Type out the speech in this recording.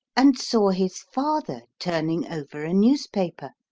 and saw his father turning over a newspaper,